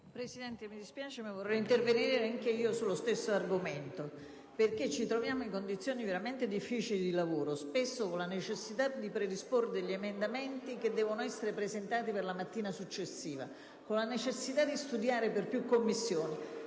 Presidente, mi dispiace, ma vorrei intervenire anch'io sullo stesso argomento. Ci troviamo in condizioni veramente difficili di lavoro, spesso con la necessità di predisporre degli emendamenti che devono essere presentati per la mattina successiva, con la necessità di studiare per più Commissioni.